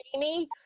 Jamie